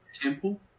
Temple